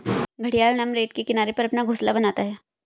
घड़ियाल नम रेत के किनारे अपना घोंसला बनाता है